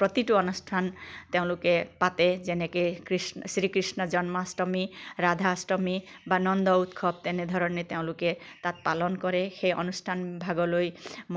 প্ৰতিটো অনুষ্ঠান তেওঁলোকে পাতে যেনেকে কৃছ শ্ৰীকৃষ্ণ জন্মাষ্টমী ৰাধাষ্টমী বা নন্দ উৎসৱ তেনেধৰণে তেওঁলোকে তাত পালন কৰে সেই অনুষ্ঠান ভাগলৈ